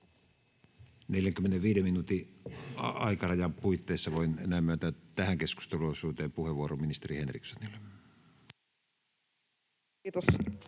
45 minuutin aikarajan puitteissa voin enää myöntää tähän keskusteluosuuteen puheenvuoron ministeri Henrikssonille. [Speech